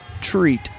treat